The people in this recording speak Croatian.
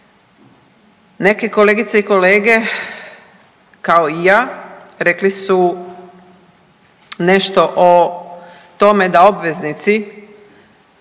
Neke kolegice i kolege kao i ja rekli su nešto o tome da obveznici